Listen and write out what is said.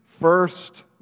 first